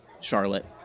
Charlotte